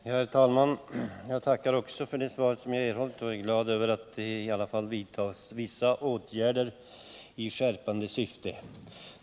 Herr talman! Även jag tackar för det svar jag erhållit, och jag är glad över att det i alla fall vidtas vissa åtgärder i skärpande syfte.